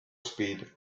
speed